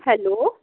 hello